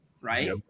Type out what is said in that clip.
right